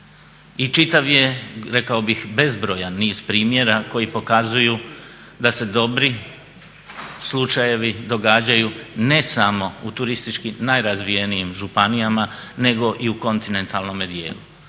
I čitav je rekao bih bezbrojan niz primjera koji pokazuju da se dobri slučajevi događaju ne samo u turistički najrazvijenijim županijama nego i u kontinentalnome dijelu.